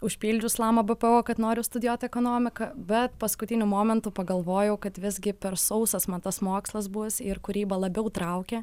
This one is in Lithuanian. užpildžius lama bpo kad noriu studijuot ekonomiką bet paskutiniu momentu pagalvojau kad visgi per sausas man tas mokslas bus ir kūryba labiau traukia